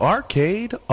Arcade